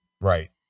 Right